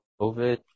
COVID